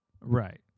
Right